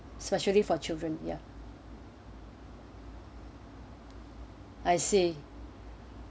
especially for children ya